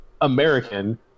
American